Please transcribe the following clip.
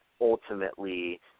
ultimately